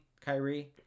Kyrie